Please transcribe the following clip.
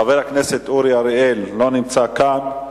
חבר הכנסת אורי אריאל, לא נמצא כאן.